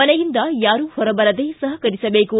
ಮನೆಯಿಂದ ಯಾರು ಹೊರಬರದೇ ಸಹಕರಿಸಬೇಕು